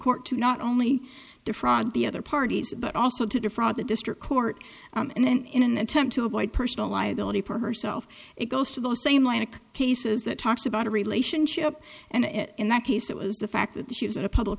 court to not only defraud the other parties but also to defraud the district court and then in an attempt to avoid personal liability for herself it goes to the same line of cases that talks about a relationship and in that case it was the fact that she was not a public